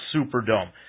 Superdome